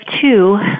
two